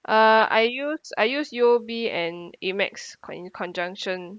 uh I use I use U_O_B and amex con~ in conjunction